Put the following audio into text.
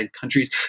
countries